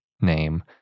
name